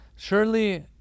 Surely